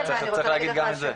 צריך להגיד גם את זה.